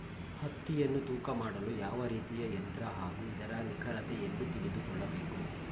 ಹತ್ತಿಯನ್ನು ತೂಕ ಮಾಡಲು ಯಾವ ರೀತಿಯ ಯಂತ್ರ ಹಾಗೂ ಅದರ ನಿಖರತೆ ಎಲ್ಲಿ ತಿಳಿದುಕೊಳ್ಳಬೇಕು?